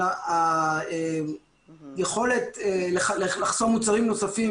היכולת לחסום מוצרים נוספים,